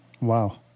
Wow